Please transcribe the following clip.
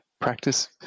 practice